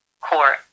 court